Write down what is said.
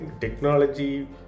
technology